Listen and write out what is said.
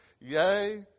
yea